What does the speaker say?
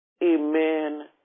Amen